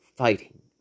Fighting